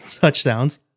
touchdowns